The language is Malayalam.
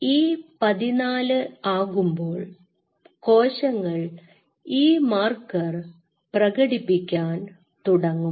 E14 ആകുമ്പോൾ കോശങ്ങൾ ഈ മാർക്കർ പ്രകടിപ്പിക്കാൻ തുടങ്ങും